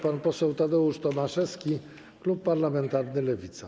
Pan poseł Tadeusz Tomaszewski, klub parlamentarny Lewica.